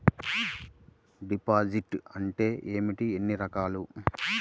Deposit అంటే ఏమిటీ ఎన్ని రకాలు?